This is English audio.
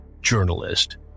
journalist